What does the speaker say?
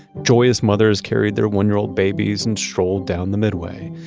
joyous mothers carried their one-year-old babies and strolled down the midway.